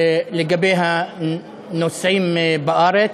לגבי הנוסעים בארץ.